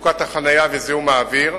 מצוקת החנייה וזיהום האוויר,